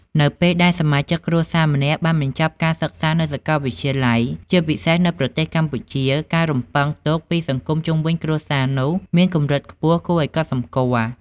នៅពេលដែលសមាជិកគ្រួសារម្នាក់បានបញ្ចប់ការសិក្សានៅសាកលវិទ្យាល័យ ជាពិសេសនៅប្រទេសកម្ពុជា ការរំពឹងទុកពីសង្គមជុំវិញគ្រួសារនោះមានកម្រិតខ្ពស់គួរឱ្យកត់សម្គាល់។